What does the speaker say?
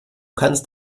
kannst